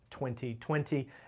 2020